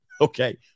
Okay